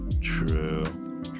True